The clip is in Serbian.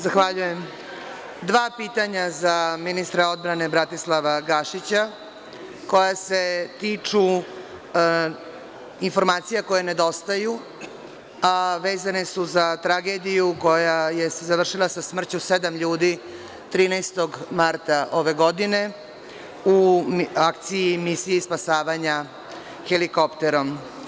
Imam dva pitanja za ministra odbrane, Bratislava Gašića, koja se tiču informacija koje nedostaju, a vezane su za tragediju koja se završila smrću sedam ljudi 13. marta ove godine u akciji misije spasavanja helikopterom.